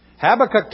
Habakkuk